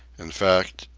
in fact,